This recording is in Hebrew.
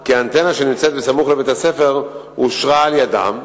כי האנטנה שנמצאת בסמוך לבית-הספר אושרה על-ידם,